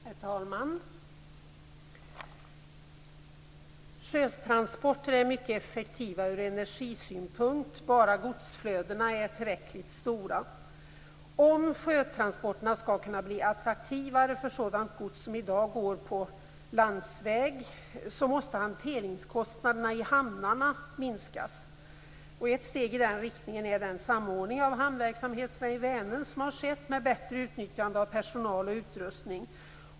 Herr talman! Sjötransporter är mycket effektiva ur energisynpunkt, bara godsflödena är tillräckligt stora. Om sjötransporterna skall kunna bli attraktivare för sådant gods som i dag går på landsväg, måste hanteringskostnaderna i hamnarna minskas. Ett steg i den riktningen är den samordning av hamnverksamheterna i Vänern som skett med bättre utnyttjande av personal och utrustning.